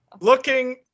Looking